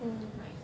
right